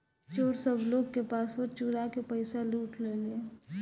चोर सब लोग के पासवर्ड चुरा के पईसा लूट लेलेन